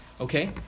okay